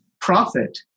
profit